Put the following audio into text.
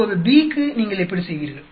இப்போது B க்கு நீங்கள் எப்படி செய்வீர்கள்